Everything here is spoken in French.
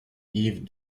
yves